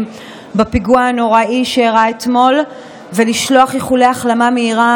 בפיגוע הנוראי שאירע אתמול ולשלוח איחולי החלמה מהירה